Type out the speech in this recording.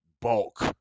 bulk